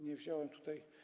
Nie wziąłem tutaj.